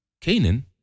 Canaan